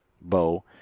bow